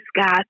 God